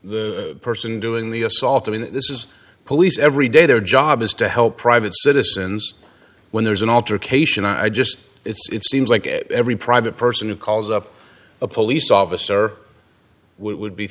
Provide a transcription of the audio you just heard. the person doing the assault i mean this is police every day their job is to help private citizens when there's an altercation i just it's seems like every private person who calls up a police officer would be